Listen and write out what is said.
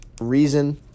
Reason